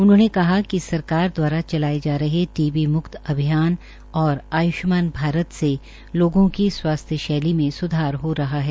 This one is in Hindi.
उन्होंने कहा कि सरकार द्वारा चलाये जा रहे टीबी म्क्त अभियान और आय्ष्मान भारत से लोगों को स्वास्थ्य शैली में स्धार हो रहा है